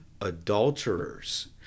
adulterers